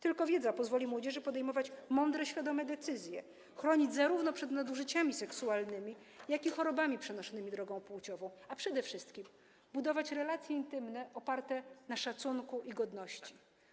Tylko wiedza pozwoli młodzieży podejmować mądre, świadome decyzje, chronić zarówno przed nadużyciami seksualnymi, jak i chorobami przenoszonymi drogą płciową, a przede wszystkim budować relacje intymne oparte na szacunku i godności.